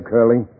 Curly